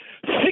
Six